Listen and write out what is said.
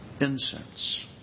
incense